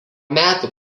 metų